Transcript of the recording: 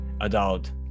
adult